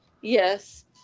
Yes